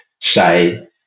say